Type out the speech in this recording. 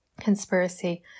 conspiracy